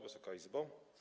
Wysoka Izbo!